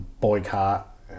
boycott